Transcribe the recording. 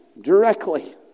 directly